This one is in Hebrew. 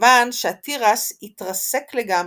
כיון שהתירס התרסק לגמרי,